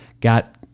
got